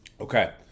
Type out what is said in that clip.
okay